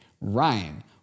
Ryan